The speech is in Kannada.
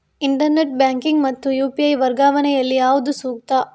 ಇಂಟರ್ನೆಟ್ ಬ್ಯಾಂಕಿಂಗ್ ಮತ್ತು ಯು.ಪಿ.ಐ ವರ್ಗಾವಣೆ ಯಲ್ಲಿ ಯಾವುದು ಸೂಕ್ತ?